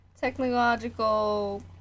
technological